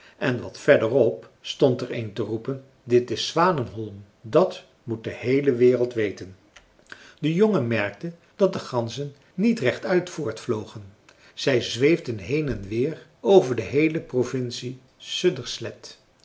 en wat verder op stond er een te roepen dit is zwanenholm dat moet de heele wereld weten de jonge merkte dat de ganzen niet rechtuit voortvlogen zij zweefden heen en weer over de heele provincie